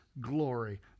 glory